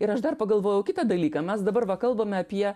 ir aš dar pagalvojau kitą dalyką mes dabar va kalbame apie